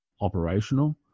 operational